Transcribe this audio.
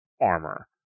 armor